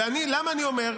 למה אני אומר?